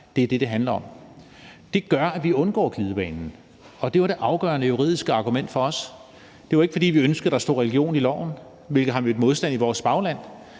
Det er det, det handler om. Det gør, at vi undgår glidebanen, og det var det afgørende juridiske argument for os. Det er jo ikke, fordi vi ønsker, at der stod religion i loven, hvilket har mødt modstand i vores bagland,